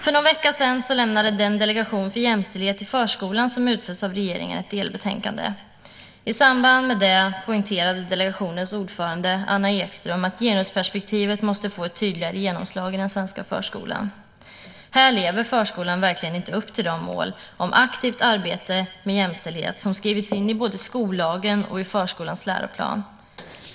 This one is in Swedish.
För någon vecka sedan lämnade Delegationen för jämställdhet i förskolan, som utsetts av regeringen, ett delbetänkande. I samband med det poängterade delegationens ordförande Anna Ekström att genusperspektivet måste få ett tydligare genomslag i den svenska förskolan. Här lever förskolan verkligen inte upp till de mål om aktivt arbete med jämställdhet som skrivits in i både skollagen och i förskolans läroplan.